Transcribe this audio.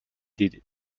did